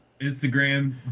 Instagram